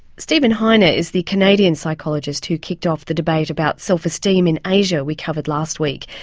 steven heine ah is the canadian psychologist who kicked off the debate about self-esteem in asia we covered last week.